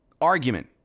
argument